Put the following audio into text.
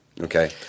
Okay